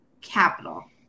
Capital